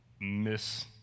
miss